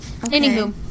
Anywho